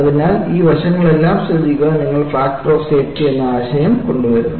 അതിനാൽ ഈ വശങ്ങളെല്ലാം ശ്രദ്ധിക്കാൻ നിങ്ങൾ ഫാക്ടർ ഓഫ് സേഫ്റ്റി എന്ന ആശയം കൊണ്ടുവരുന്നു